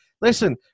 listen